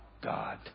God